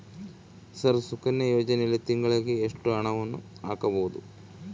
Sir Sukanya ಯೋಜನೆಯಲ್ಲಿ ತಿಂಗಳಿಗೆ ಎಷ್ಟು ಹಣವನ್ನು ಹಾಕಬಹುದು?